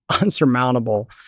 unsurmountable